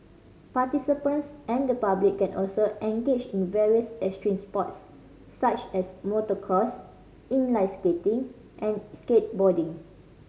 participants and the public can also engage in various extreme sports such as motocross inline skating and skateboarding